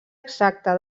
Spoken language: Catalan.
exacta